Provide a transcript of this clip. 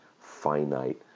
finite